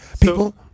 people